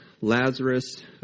Lazarus